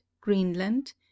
Greenland